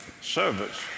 service